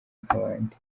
nk’abandi